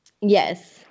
yes